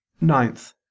Ninth